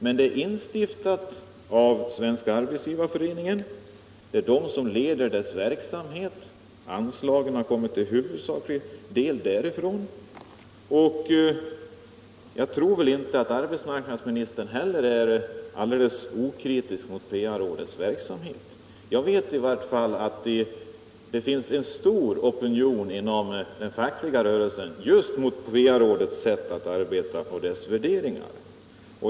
Men rådet är instiftat av Svenska arbetsgivareföreningen. Denna organisation leder dess verksamhet, anslagen har till huvudsaklig del kommit därifrån. Jag tror väl inte att arbetsmarknadsministern heller är alldeles okritisk mot PA-rådets verksamhet. Jag vet i varje fall att det finns en stark opinion inom den fackliga rörelsen just mot PA-rådets sätt att arbeta.